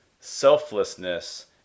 selflessness